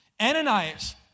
Ananias